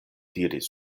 diris